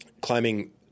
climbing –